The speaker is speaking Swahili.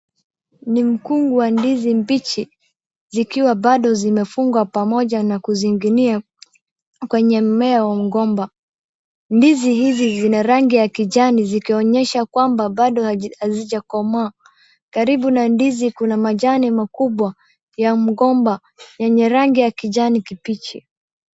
Ni mkungu wa ndizi mbichi, zikiwa bado zimefungwa vizuri na kuzing'inia kwenye mmea wa mgomba. Ndizi hizi zina rangi ya kijani zikionyesha kwamba bado hazijakomaa. Karibu na ndizi kuna majani makubwa ya mgomba yenye rangi ya kijani kibichi.